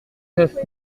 neuf